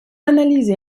analyses